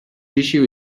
issue